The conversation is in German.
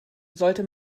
sollte